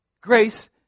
Grace